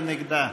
מי נגדה?